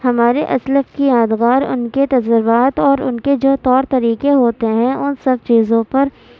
ہمارے اسلاف کی ادوار ان کے تجربات اور ان کے جو طور طریقے ہوتے ہیں ان سب چیزوں پر